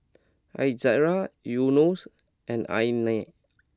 Izara Yunos and Aina